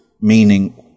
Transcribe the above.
meaning